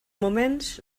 moments